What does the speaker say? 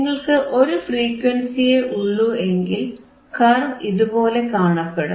നിങ്ങൾക്ക് ഒരു ഫ്രീക്വൻസിയേ ഉള്ളൂ എങ്കിൽ കർവ് ഇതുപോലെ കാണപ്പെടും